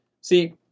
see